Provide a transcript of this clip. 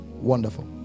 Wonderful